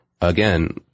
again